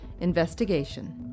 Investigation